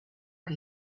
che